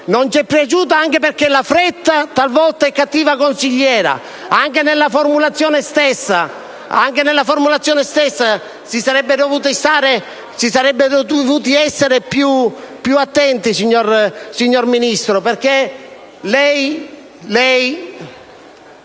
Non ci è piaciuto, anche perché talvolta la fretta è cattiva consigliera. Anche nella stessa formulazione si sarebbe dovuti essere più attenti, signor Ministro, perché lei...